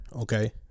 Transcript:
okay